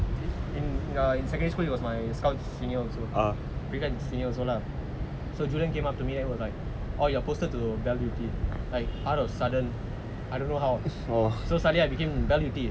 in ah in secondary school he was my scout senior also prefect senior also lah so julian came up to me and was like oh you are posted to bell duty like out of sudden I don't know how so suddenly I became bell duty